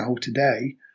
today